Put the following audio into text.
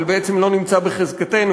אבל בעצם לא נמצא בחזקתנו,